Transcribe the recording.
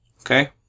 Okay